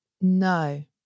No